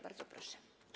Bardzo proszę.